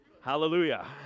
Hallelujah